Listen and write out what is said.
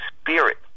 spirit